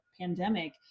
pandemic